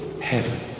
heaven